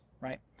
right